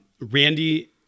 Randy